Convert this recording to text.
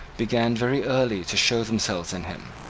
began very early to show themselves in him.